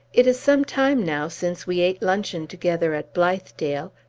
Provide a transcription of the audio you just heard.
it is some time now since we ate luncheon together at blithedale,